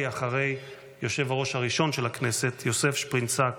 אחרי היושב-ראש הראשון של הכנסת יוסף שפרינצק,